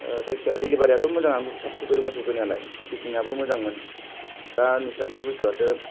जायखिया डिलिभारियाथ' मोजाङानो थाब सफैदोंमोन सफैनायालाय पेकिंङाबो मोजांमोन दा नोंसिना बे बुस्टुयासो